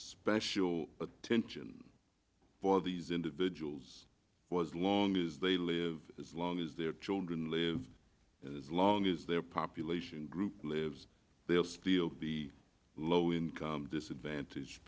special attention for these individuals was long as they live as long as their children live as long as their population group lives they'll still be low income disadvantaged